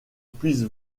puisse